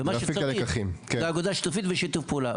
ומה שצריך זה אגודה שיתופית ושיתוף פעולה.